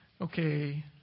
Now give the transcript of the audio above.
Okay